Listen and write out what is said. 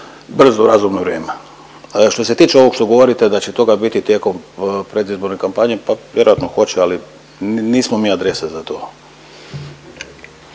brzo razumno vrijeme. A što se tiče ovog što govorite da će toga biti tijekom predizborne kampanje pa vjerojatno hoće ali nismo mi adresa za to.